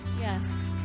Yes